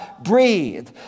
Breathe